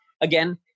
again